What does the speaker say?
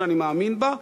שאני מאמין בה,